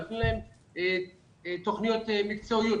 נותנים להם תוכניות מקצועיות,